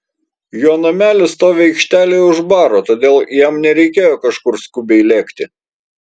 jo namelis stovi aikštelėje už baro todėl jam nereikėjo kažkur skubiai lėkti